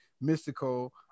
Mystical